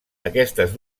aquestes